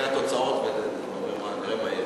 אתה מחכה לתוצאות, ואומר: נראה מה יהיה.